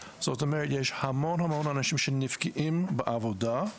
זאת אומרת יש המון אנשים שנפגעים בעבודה.